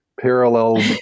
parallel